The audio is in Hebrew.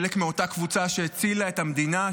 חלק מאותה קבוצה שהצילה את המדינה,